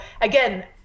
again